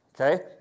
okay